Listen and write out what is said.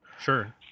sure